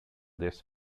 this